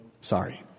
sorry